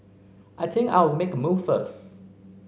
I think I'll make a move first